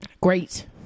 Great